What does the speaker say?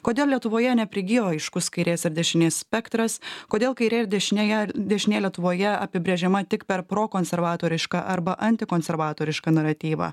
kodėl lietuvoje neprigijo aiškus kairės ir dešinės spektras kodėl kairė ir dešinėje dešinė lietuvoje apibrėžiama tik per prokonservatorišką arba antikonservatorišką naratyvą